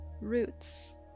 roots